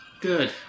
Good